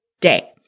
day